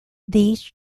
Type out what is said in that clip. these